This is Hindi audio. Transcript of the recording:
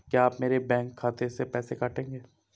क्या आप मेरे बैंक खाते से पैसे काटेंगे?